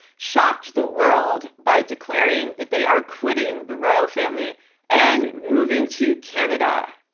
shocked the world by declaring that they are quitting the royal family and moving to canada.